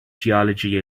geology